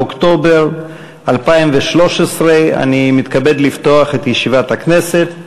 באוקטובר 2013. אני מתכבד לפתוח את ישיבת הכנסת.